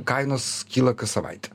kainos kyla kas savaitę